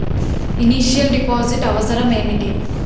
Initial deposit అవసరం ఏమిటి?